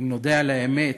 אם נודה על האמת,